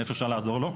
איך אפשר לעזור לו.